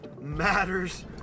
matters